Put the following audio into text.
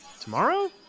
Tomorrow